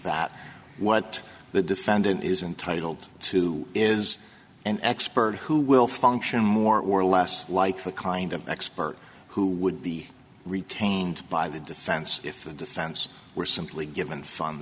that what the defendant is entitled to is an expert who will function more or less like the kind of expert who would be retained by the defense if the defense were simply given fun